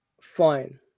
fine